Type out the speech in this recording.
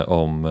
om